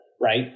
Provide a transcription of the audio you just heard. right